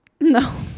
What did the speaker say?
No